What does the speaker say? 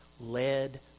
led